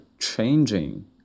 changing